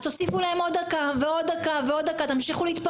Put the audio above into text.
אז תוסיפו להם עוד דקה ועוד דקה ועוד דקה.